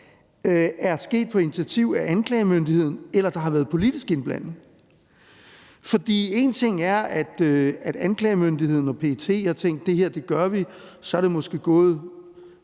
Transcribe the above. er sket på initiativ af anklagemyndigheden, eller om der har været politisk indblanding. En ting er, at anklagemyndigheden og PET har tænkt, at nu ville de gøre det her, og så er det måske gået